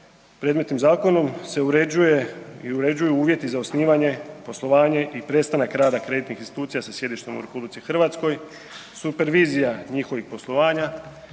predmetnim zakonom se uređuje i uređuju uvjeti za osnivanje poslovanje i prestanak rada kreditnih institucija sa sjedištem u RH, supervizija njihovih poslovanja